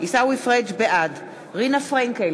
בעד רינה פרנקל,